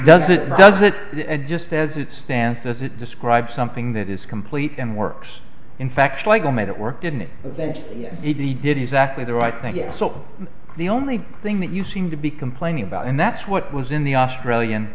does it does it just as it stands does it describe something that is complete and works in fact like i made it work didn't invent it he did exactly the right thing yes so the only thing that you seem to be complaining about and that's what was in the australian